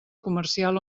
comercial